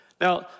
Now